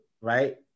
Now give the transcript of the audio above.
right